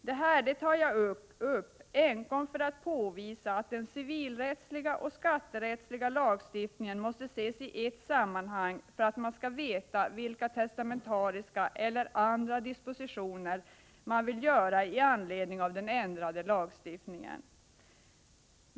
Detta tar jag upp enkom för att påvisa att den civilrättsliga och skatterättsliga lagstiftningen måste ses i ett sammanhang för att man skall veta vilka testamentariska eller andra dispositioner man vill göra i anledning av den ändrade lagstiftningen.